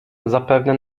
zapewne